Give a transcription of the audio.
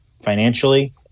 financially